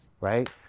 right